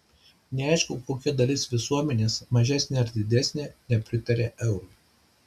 neaišku kokia dalis visuomenės mažesnė ar didesnė nepritaria eurui